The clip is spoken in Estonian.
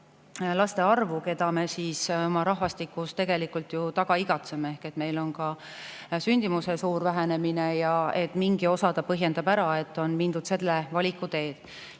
laste arvu, keda me oma rahvastikus tegelikult taga igatseme. Meil on sündimuse suur vähenemine ja mingi osa see põhjendab ära. On mindud selle valiku teed.